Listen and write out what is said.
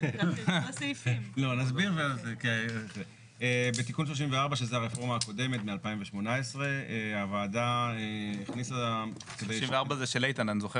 בתיקון 34, שזה הרפורמה הקודמת מ-2018, זה היה